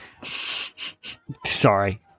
Sorry